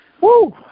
Woo